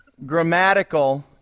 grammatical